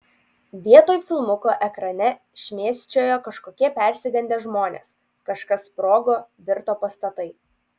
vietoj filmuko ekrane šmėsčiojo kažkokie persigandę žmonės kažkas sprogo virto pastatai